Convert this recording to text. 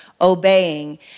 obeying